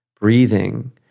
breathing